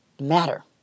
matter